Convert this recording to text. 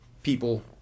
people